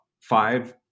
five